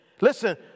Listen